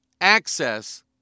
access